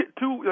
two